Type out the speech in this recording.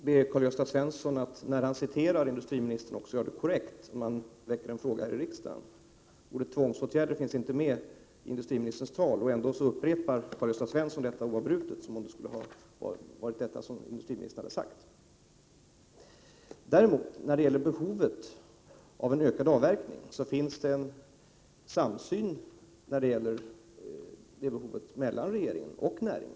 Herr talman! Först vill jag be Karl-Gösta Svenson att när han citerar industriministern, i samband med att han väcker en fråga här i riksdagen, också göra det korrekt. Ordet tvångsåtgärder fanns inte med i industriminis Prot. 1987/88:116 terns tal. Trots det upprepar Karl-Gösta Svenson oavbrutet det ordet. 6 maj 1988 När det däremot gäller behovet av en ökad avverkning finns det en samsyn om detta mellan regeringen och näringen.